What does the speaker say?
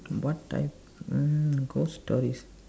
what type mm ghost stories